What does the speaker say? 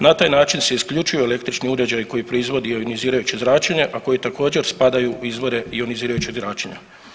Na taj način se isključuju električni uređaji koji proizvodi ionizirajuće zračenje, a koji također, spadaju u izvore ionizirajućeg zračenja.